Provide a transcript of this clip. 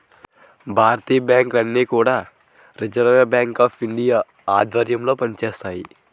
భారతీయ బ్యాంకులన్నీ కూడా Reserve Bank of India ఆధ్వర్యంలో పనిచేస్తాయి